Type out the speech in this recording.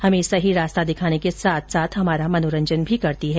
हमें सही रास्ता दिखाने को साथ साथ हमारा मनोरंजन भी करती है